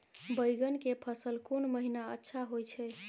बैंगन के फसल कोन महिना अच्छा होय छै?